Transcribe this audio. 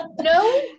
No